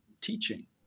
teaching